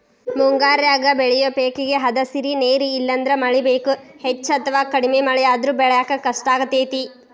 ಮುಂಗಾರ್ಯಾಗ ಬೆಳಿಯೋ ಪೇಕೇಗೆ ಹದಸಿರಿ ನೇರ ಇಲ್ಲಂದ್ರ ಮಳಿ ಬೇಕು, ಹೆಚ್ಚ ಅಥವಾ ಕಡಿಮೆ ಮಳೆಯಾದ್ರೂ ಬೆಳ್ಯಾಕ ಕಷ್ಟಾಗ್ತೇತಿ